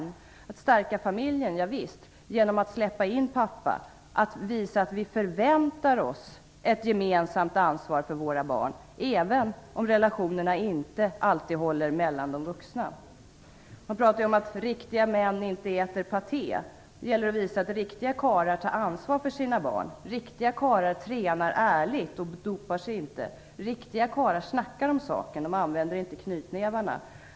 Vi skall stärka familjen genom att släppa in pappa, genom att visa att vi förväntar oss ett gemensamt ansvar för barnen även om relationerna inte alltid håller mellan de vuxna. Man pratar ju om att riktiga män inte äter paté. Nu gäller det att visa att riktiga karlar tar ansvar för sina barn, riktiga karlar tränar ärligt och dopar sig inte, riktiga karlar snackar om saken och använder inte knytnävarna.